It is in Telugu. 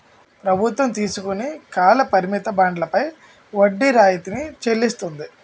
ప్రభుత్వం తీసుకుని కాల పరిమిత బండ్లపై వడ్డీ రాయితీ చెల్లిస్తుంది